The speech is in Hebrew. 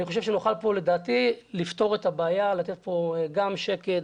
נוכל לפתור את הבעיה ולתת גם שקט,